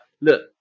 look